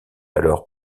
alors